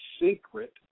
secret